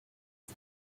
its